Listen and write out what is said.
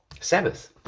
Sabbath